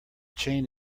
chain